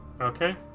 Okay